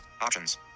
Options